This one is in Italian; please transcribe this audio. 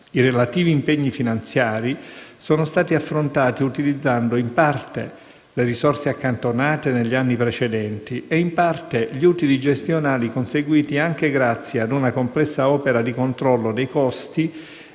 I relativi impegni finanziari sono stati affrontati utilizzando, in parte, le risorse accantonate negli anni precedenti e, in parte, gli utili gestionali conseguiti anche grazie a una complessiva opera di controllo dei costi